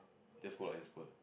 that's what it's worth